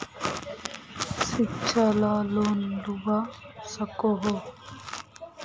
शिक्षा ला लोन लुबा सकोहो?